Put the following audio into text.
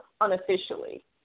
unofficially